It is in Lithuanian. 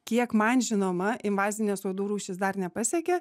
kiek man žinoma invazinės rūšys dar nepasiekė